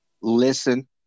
listen